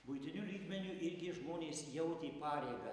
buitiniu lygmeniu irgi žmonės jautė pareigą